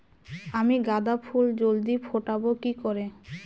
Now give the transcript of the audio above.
আমি গাঁদা ফুল জলদি ফোটাবো কি করে?